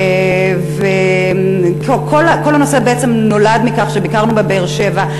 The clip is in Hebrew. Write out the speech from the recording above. כל הנושא נולד מכך שביקרנו בבאר-שבע,